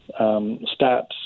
stats